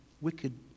wicked